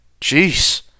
Jeez